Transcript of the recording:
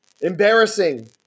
Embarrassing